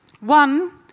one